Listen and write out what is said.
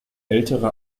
ältere